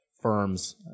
firms